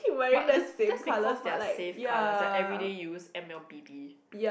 but just because they're safe colours like everyday use M L B B